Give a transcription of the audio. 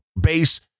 base